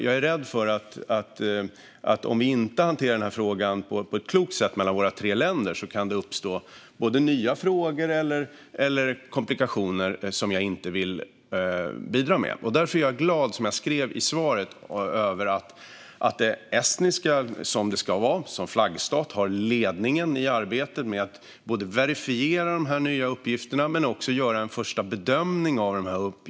Jag är rädd för att om vi inte hanterar den här frågan på ett klokt sätt mellan våra tre länder kan det uppstå nya frågor eller komplikationer som jag inte vill bidra till. Därför är jag som jag sa i svaret glad över att Estland, som man ska som flaggstat, har ledningen i arbetet med att verifiera de nya uppgifterna men också göra en första bedömning av dem.